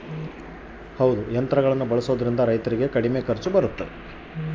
ಯಂತ್ರಗಳನ್ನ ಬಳಸೊದ್ರಿಂದ ರೈತರಿಗೆ ಕಡಿಮೆ ಖರ್ಚು ಬರುತ್ತಾ?